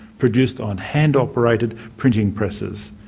produced on hand-operated printing presses.